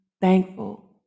thankful